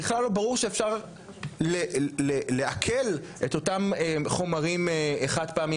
בכלל לא ברור שאפשר לעקל את אותם חומרים חד פעמיים,